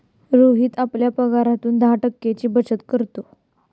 रोहित आपल्या पगारातून दहा टक्क्यांची बचत करतो